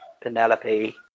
Penelope